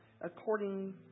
according